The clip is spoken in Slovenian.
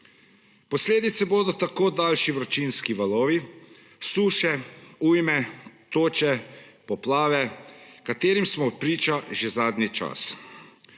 Posledice bodo daljši vročinski valovi, suše, ujme, toče, poplave, katerim smo priča že zadnji čas.